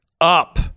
up